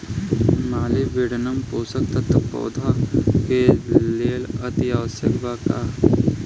Molybdenum पोषक तत्व पौधा के लेल अतिआवश्यक बा या न?